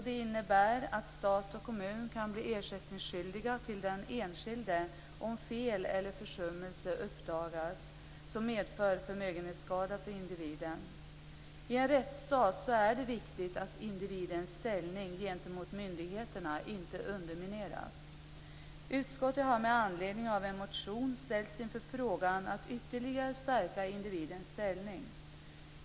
Det innebär att stat och kommun kan bli ersättningsskyldiga till den enskilde om fel eller försummelse uppdagas som medför förmögenhetsskada för individen. I en rättsstat är det viktigt att individens ställning gentemot myndigheterna inte undermineras. Utskottet har med anledning av en motion ställts inför frågan att ytterligare stärka individens ställning.